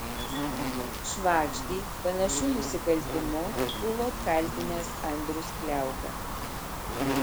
švagždį panašiu nusikaltimu buvo apkaltinęs andrius kliauga